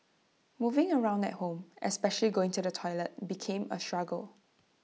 moving around at home especially going to the toilet became A struggle